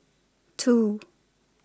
two